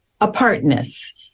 apartness